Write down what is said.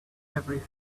every